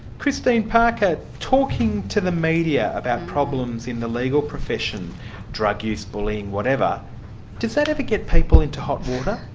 christine parker, talking to the media about problems in the legal profession drug use, bullying, whatever does that ever get people into hot water?